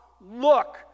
look